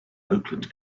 oakland